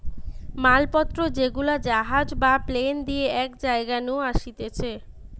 মাল পত্র যেগুলা জাহাজ বা প্লেন দিয়ে এক জায়গা নু আসতিছে